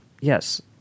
yes